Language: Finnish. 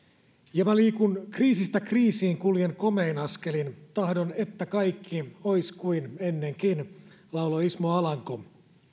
ja mä liikun kriisistä kriisiin kuljen komein askelin tahdon että kaikki ois kuin ennenkin lauloi ismo alanko